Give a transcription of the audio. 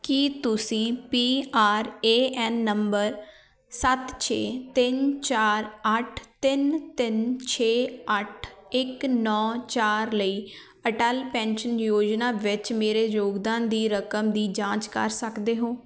ਕੀ ਤੁਸੀਂ P R A N number ਸੱਤ ਛੇ ਤਿੰਨ ਚਾਰ ਅੱਠ ਤਿੰਨ ਤਿੰਨ ਛੇ ਅੱਠ ਇੱਕ ਨੌ ਚਾਰ ਲਈ ਅਟੱਲ ਪੈਨਸ਼ਨ ਯੋਜਨਾ ਵਿੱਚ ਮੇਰੇ ਯੋਗਦਾਨ ਦੀ ਰਕਮ ਦੀ ਜਾਂਚ ਕਰ ਸਕਦੇ ਹੋ